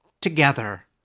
Together